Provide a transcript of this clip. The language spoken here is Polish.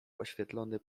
oświetlony